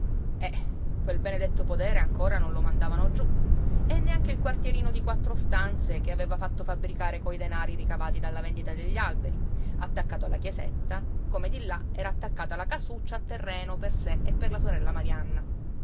eh quel benedetto podere ancora non lo mandavano giú e neanche il quartierino di quattro stanze che aveva fatto fabbricare coi denari ricavati dalla vendita degli alberi attaccato alla chiesetta come di là era attaccata la casuccia a terreno per sé e per la sorella marianna